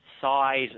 size